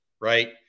right